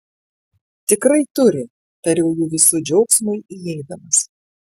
tikrai turi tariau jų visų džiaugsmui įeidamas